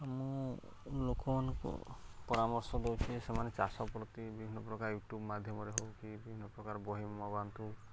ମୁଁ ଲୋକମାନଙ୍କୁ ପରାମର୍ଶ ଦେଉଛି ସେମାନେ ଚାଷ ପ୍ରତି ବିଭିନ୍ନ ପ୍ରକାର ୟୁ ଟ୍ୟୁବ୍ ମାଧ୍ୟମରେ ହଉ କିି ବିଭିନ୍ନ ପ୍ରକାର ବହି ମଗାନ୍ତୁ